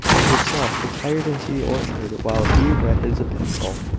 and herself retired into the orchard while he read his epistle.